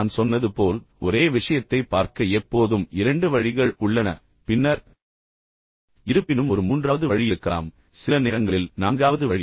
நான் சொன்னது போல் ஒரே விஷயத்தைப் பார்க்க எப்போதும் இரண்டு வழிகள் உள்ளன பின்னர் இருப்பினும் ஒரு மூன்றாவது வழி இருக்கலாம் சில நேரங்களில் நான்காவது வழி